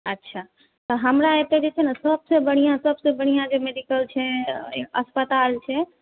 अच्छा तऽ हमरा एतऽ जे छै ने सबसे बढ़िऑं सबसे बढ़िऑं जे मेडिकल छै अस्पताल छै